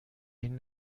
این